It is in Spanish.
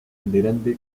integrante